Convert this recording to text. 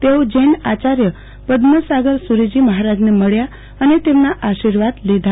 તેઓ જૈન આચાર્ય પદમ સાગર સુરીજી મફારાજને મળ્યા અને તેમના આર્શીવાદ લીધા